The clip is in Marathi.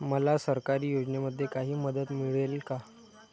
मला सरकारी योजनेमध्ये काही मदत मिळेल का?